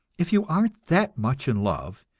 if you aren't that much in love,